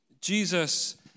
Jesus